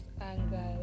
anger